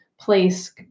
place